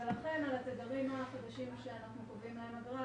ולכן על התדרים החדשים שאנחנו קובעים להם אגרה,